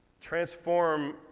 transform